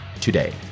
today